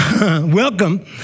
welcome